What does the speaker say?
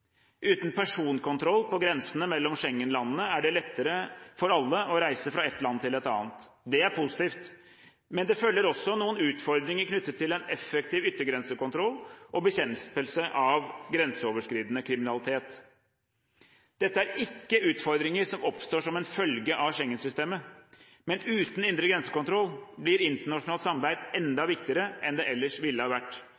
Uten personkontroll på grensene mellom Schengen-landene er det lettere for alle å reise fra ett land til et annet. Det er positivt. Men det følger også med noen utfordringer knyttet til en effektiv yttergrensekontroll og bekjempelse av grenseoverskridende kriminalitet. Dette er ikke utfordringer som oppstår som en følge av Schengen-systemet. Men uten indre grensekontroll blir internasjonalt samarbeid